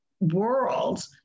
world